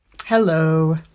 Hello